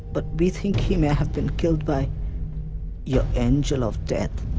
but we think he may have been killed by your angel of death.